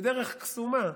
בדרך קסומה,